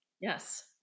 Yes